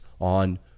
on